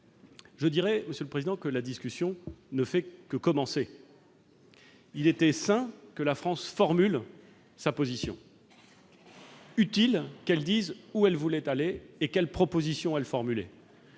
indispensable ! Je dirai que la discussion ne fait que commencer. Il était sain que la France fasse connaître sa position, utile qu'elle dise où elle voulait aller et quelles propositions elle formulait.